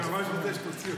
אני ממש רוצה שתוציא אותי.